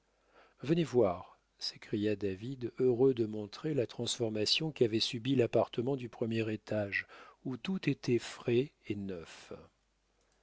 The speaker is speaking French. venez voir s'écria david heureux de montrer la transformation qu'avait subie l'appartement du premier étage où tout était frais et neuf